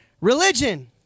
religion